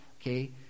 okay